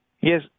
Yes